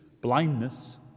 blindness